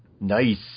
Nice